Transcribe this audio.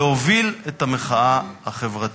להוביל את המחאה החברתית,